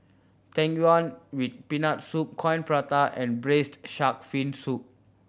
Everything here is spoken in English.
Tang Yuen with Peanut Soup Coin Prata and Braised Shark Fin Soup